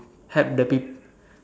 help the people